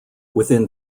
within